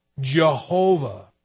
Jehovah